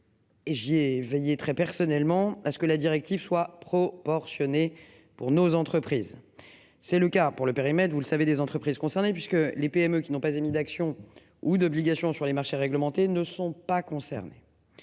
Et j'ai veillé très personnellement à ce que la directive soit proportionnée pour nos entreprises. C'est le cas pour le périmètre, vous le savez, des entreprises concernées puisque les PME qui n'ont pas émis d'actions ou d'obligations sur les marchés réglementés ne sont pas concernés.